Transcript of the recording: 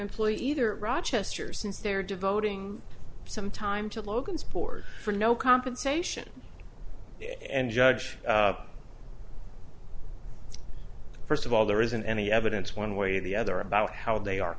employee either rochester since they are devoting some time to logansport for no compensation and judge first of all there isn't any evidence one way or the other about how they are